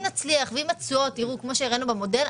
נצליח ואם התשואות יראו כמו שהראינו במודל,